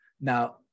now